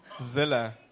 Zilla